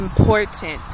important